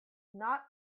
not